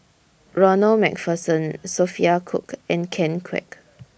Ronald MacPherson Sophia Cooke and Ken Kwek